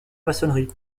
maçonnerie